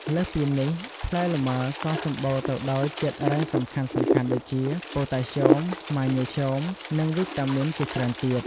លើសពីនេះ ផ្លែលម៉ើក៏សម្បូរទៅដោយជាតិរ៉ែសំខាន់ៗដូចជា ប៉ូតាស្យូម ម៉ាញ៉េស្យូម និងវីតាមីនជាច្រើនទៀត។